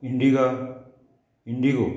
indigo indigo